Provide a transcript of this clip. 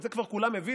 את זה כבר כולם הבינו.